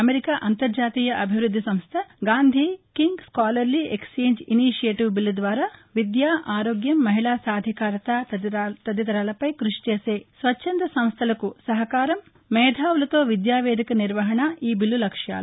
America అంతర్జాతీయ అభివృద్ది సంస్థ Gandhi King scholarly exchange initiative bill ద్వారా విద్య ఆరోగ్యం మహిళా సాధికారికత తదితరాలపై కృషి చేసే స్వచ్చంద సంస్టలకు సహకారం మేధావులతో విద్యా వేదిక నిర్వహణ ఈ చిల్లు లక్ష్యాలు